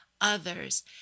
others